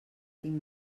tinc